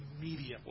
immediately